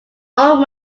old